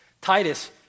Titus